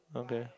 okay